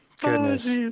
Goodness